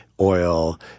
oil